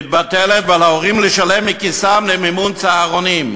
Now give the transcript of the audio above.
מתבטלת, ועל ההורים לשלם מכיסם למימון צהרונים.